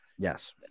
Yes